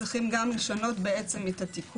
צריכים גם לשנות את התיקון,